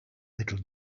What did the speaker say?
little